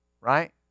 right